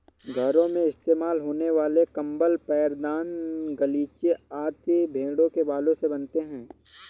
घरों में इस्तेमाल होने वाले कंबल पैरदान गलीचे आदि भेड़ों के बालों से बनते हैं